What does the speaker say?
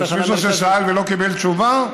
יש מישהו ששאל ולא קיבל תשובה?